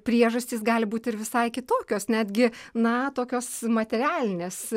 priežastys gali būti ir visai kitokios netgi na tokios materialinės